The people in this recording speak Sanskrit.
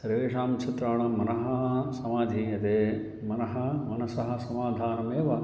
सर्वेषां छात्राणां मनः समाधीयते मनः मनसः समाधानमेव